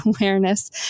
awareness